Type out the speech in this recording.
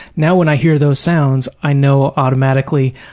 now when i hear those sounds, i know automatically,